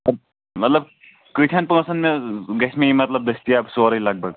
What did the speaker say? مطلب کۭتِہَن پونٛسَن مےٚ گژھِ مےٚ یہِ دٔستِیاب سورُے لگ بگ